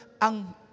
ang